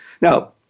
Now